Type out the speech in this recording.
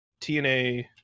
TNA